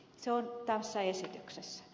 se on tässä esityksessä